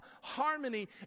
harmony